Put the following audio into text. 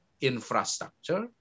infrastructure